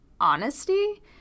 honesty